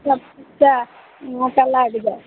सबके अहाँकेँ लागि जाएत